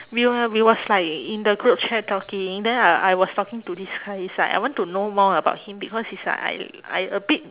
we were we was like in the group chat talking then I I was talking to this guy is like I want to know more about him because is like I I a bit